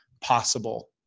possible